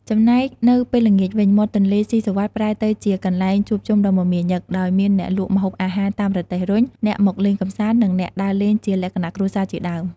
ចំណែកនៅពេលល្ងាចវិញ មាត់ទន្លេសុីសុវត្ថិប្រែទៅជាកន្លែងជួបជុំដ៏មមាញឹក ដោយមានអ្នកលក់ម្ហូបអាហារតាមរទេះរុញ អ្នកមកលេងកម្សាន្ត និងអ្នកដើរលេងជាលក្ខណៈគ្រួសារជាដើម។